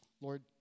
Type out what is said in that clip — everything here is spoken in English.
Lord